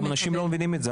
אנשים לא מבינים את זה.